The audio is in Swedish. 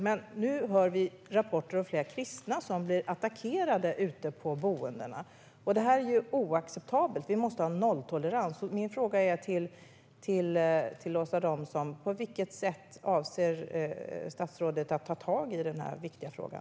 Men nu hör vi rapporter om flera kristna som blir attackerade på boendena. Det här är oacceptabelt. Vi måste ha nolltolerans. På vilket sätt avser statsrådet Åsa Romson att ta tag i den här viktiga frågan?